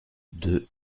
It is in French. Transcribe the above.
deux